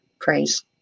praise